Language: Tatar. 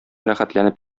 рәхәтләнеп